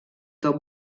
tot